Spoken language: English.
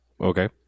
Okay